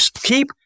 keep